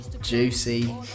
Juicy